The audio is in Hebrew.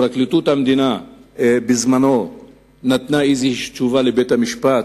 פרקליטות המדינה נתנה בזמנו איזו תשובה לבית-המשפט.